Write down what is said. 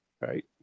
right